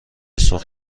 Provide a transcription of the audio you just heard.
سرخ